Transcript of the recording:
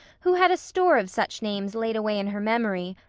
who had a store of such names laid away in her memory,